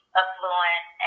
affluent